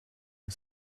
and